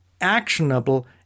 actionable